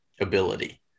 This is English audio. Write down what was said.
ability